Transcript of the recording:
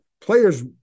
players